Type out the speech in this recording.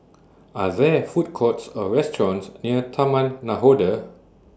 Are There Food Courts Or restaurants near Taman Nakhoda